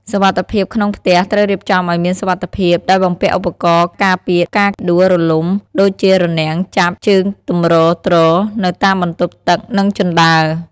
សុវត្ថិភាពក្នុងផ្ទះត្រូវរៀបចំឱ្យមានសុវត្ថិភាព ដោយបំពាក់ឧបករណ៍ការពារការដួលរលំដូចជារនាំងចាប់ ជើងទម្រទ្រ នៅតាមបន្ទប់ទឹក និងជណ្ដើរ។